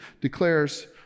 declares